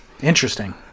Interesting